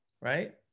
Right